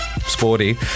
sporty